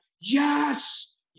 yes